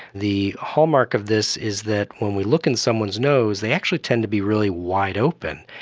the hallmark of this is that when we look in someone's nose they actually tend to be really wide open.